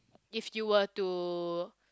if you were to